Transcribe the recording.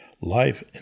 Life